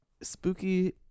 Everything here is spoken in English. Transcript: spooky